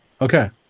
Okay